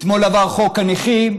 אתמול עבר חוק הנכים.